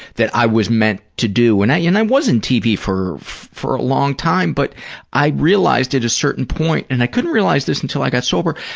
that i was meant to do. and i yeah and i was in tv for for a long time, but i realized, at a certain point, and i couldn't realize this until i got sober,